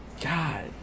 God